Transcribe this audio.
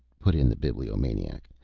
put in the bibliomaniac,